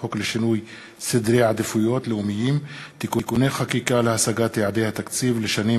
חוק לשינוי סדרי עדיפויות לאומיים (תיקוני חקיקה להשגת יעדי התקציב לשנים